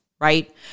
right